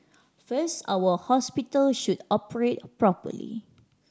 first our hospital should operate properly